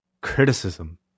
criticism